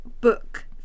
book